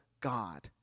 God